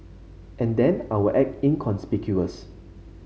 and then I will act inconspicuous